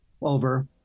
over